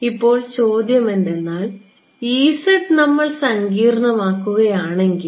ഇപ്പോൾ ചോദ്യം ഇതാണ് നമ്മൾ സങ്കീർണ്ണമാക്കുകയാണെങ്കിൽ